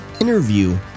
interview